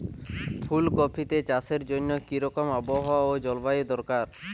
ফুল কপিতে চাষের জন্য কি রকম আবহাওয়া ও জলবায়ু দরকার?